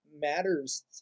matters